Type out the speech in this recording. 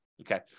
Okay